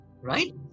right